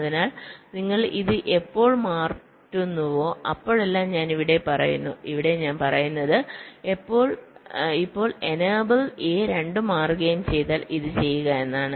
അതിനാൽ നിങ്ങൾ ഇത് എപ്പോൾ മാറ്റുന്നുവോ അപ്പോഴെല്ലാം ഞാൻ ഇവിടെ പറയുന്നു ഇവിടെ ഞാൻ പറയുന്നത് എപ്പോൾ എനേബിൾഎ രണ്ടും മാറുകയും ചെയ്താൽ ഇത് ചെയ്യുക എന്നാണ്